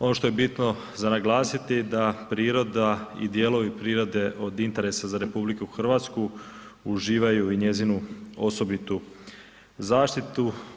Ono što je bitno za naglasiti da priroda i dijelovi prirode od interesa za RH uživaju i njezinu osobitu zaštitu.